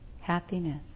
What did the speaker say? happiness